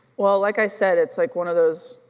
well, like i said, it's like one of those,